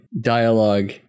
dialogue